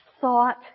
thought